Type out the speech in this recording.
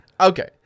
Okay